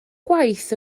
gwaith